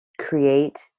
create